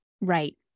Right